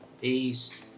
Peace